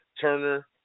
Turner